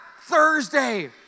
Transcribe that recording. Thursday